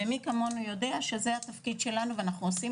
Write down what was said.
ומי כמונו יודע שזה התפקיד שלנו ואנחנו עושים